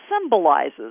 symbolizes